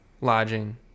lodging